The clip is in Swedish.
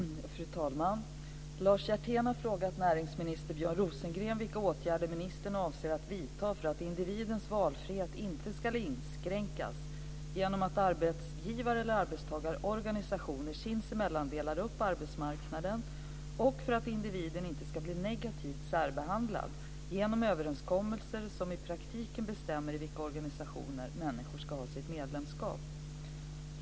Fru talman! Lars Hjertén har frågat näringsminister Björn Rosengren vilka åtgärder ministern avser att vidta för att individens valfrihet inte ska inskränkas genom att arbetsgivar och arbetstagarorganisationer sinsemellan delar upp arbetsmarknaden och för att individen inte ska bli negativt särbehandlad genom överenskommelser som i praktiken bestämmer i vilka organisationer människor ska ha sitt medlemskap.